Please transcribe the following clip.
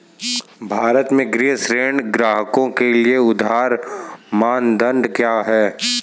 भारत में गृह ऋण ग्राहकों के लिए उधार मानदंड क्या है?